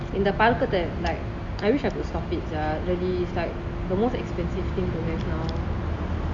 இந்த பழக்கத்தை:intha palakatha like I wish I could stop it sia really it's like the most expensive thing to have now